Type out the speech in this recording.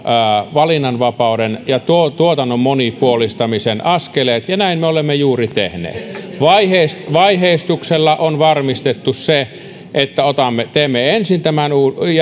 valinnanvapauden ja tuotannon monipuolistamisen askeleet ja näin me olemme juuri tehneet vaiheistuksella on varmistettu se että teemme ensin tämän